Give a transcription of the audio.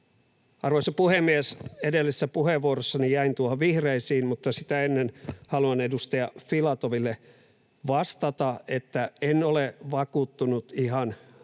Arvoisa puhemies! Edellisessä puheenvuorossani jäin vihreisiin, mutta sitä ennen haluan edustaja Filatoville vastata, että en ole vakuuttunut ihan